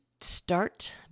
start